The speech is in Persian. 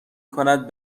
کند